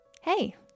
Hey